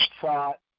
thought